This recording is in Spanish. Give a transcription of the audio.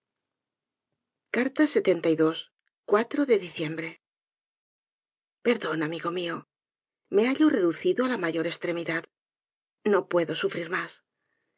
de diciembre perdón amigo mío me hallo reducido á la mayor estremidad no puedo sufrir mas